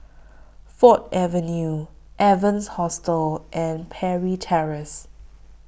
Ford Avenue Evans Hostel and Parry Terrace